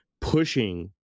pushing